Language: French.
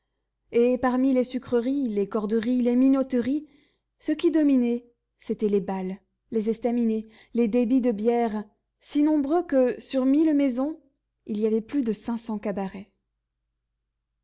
et parmi les sucreries les corderies les minoteries ce qui dominait c'étaient les bals les estaminets les débits de bière si nombreux que sur mille maisons il y avait plus de cinq cents cabarets